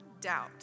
doubt